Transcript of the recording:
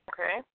Okay